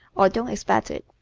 or don't expect it.